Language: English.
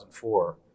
2004